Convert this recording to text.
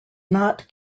not